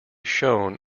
shown